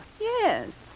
Yes